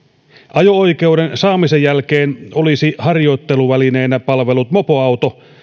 ajo oikeuden saamisen jälkeen olisi harjoitteluvälineenä palvellut mopoauto